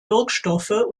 wirkstoffe